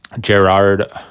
Gerard